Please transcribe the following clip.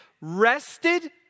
rested